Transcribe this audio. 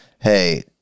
hey